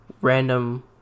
random